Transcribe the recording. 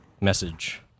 message